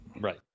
Right